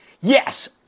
Yes